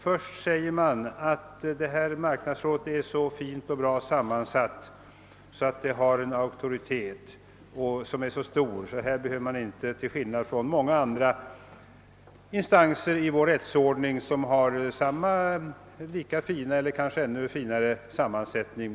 Först sade statsrådet att marknadsrådet har en så förnämlig sammansättning och så stor auktoritet att man inte behöver besvära sig mot dess beslut, till skillnad från utslag av många andra instanser i vår rättsordning som har en lika förnämlig eller kanske ännu förnämligare sammansättning.